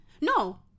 No